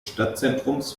stadtzentrums